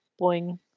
Boing